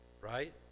right